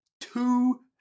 two